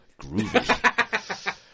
Groovy